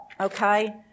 Okay